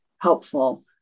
helpful